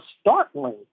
startling